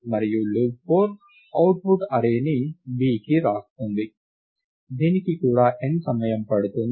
మరియు loop 4 output అర్రేని B కి వ్రాస్తుంది దీనికి కూడా n సమయం పడుతుంది